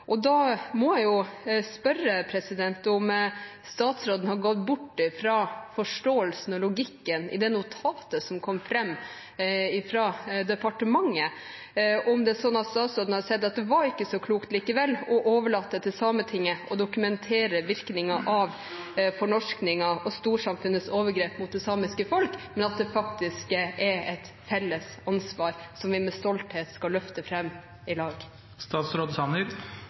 Da må jeg spørre om statsråden har gått bort fra forståelsen og logikken i det notatet som kom fra departementet, og om det er slik at statsråden har sett at det likevel ikke var så klokt å overlate til Sametinget å dokumentere virkningene av fornorskningen og storsamfunnets overgrep mot det samiske folk, men at det faktisk er et felles ansvar – som vi med stolthet skal løfte fram i